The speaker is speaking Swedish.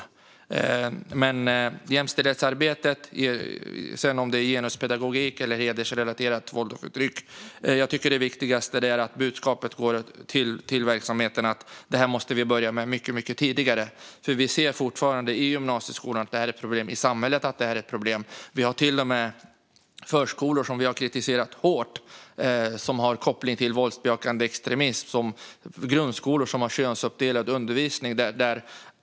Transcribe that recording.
Oavsett om jämställdhetsarbetet handlar om genuspedagogik eller om hedersrelaterat våld och förtryck tycker jag att det viktigaste är att budskapet till verksamheten är att vi måste börja med detta mycket tidigare. Vi ser fortfarande att detta är ett problem i gymnasieskolan och att det är ett problem i samhället. Vi har till och med förskolor, som vi har kritiserat hårt, som har koppling till våldsbejakande extremism. Vi har grundskolor som har könsuppdelad undervisning.